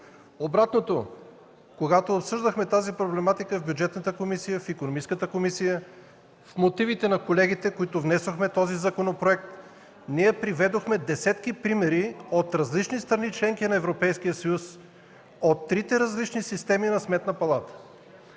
Обратното, когато обсъждахме проблематиката в Бюджетната комисия, в Икономическата комисия, в мотивите на колегите, с които внесохме този законопроект, ние приведохме десетки примери от различни страни – членки на Европейския съюз, от трите различни системи на Сметна палата.